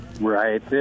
right